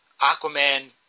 Aquaman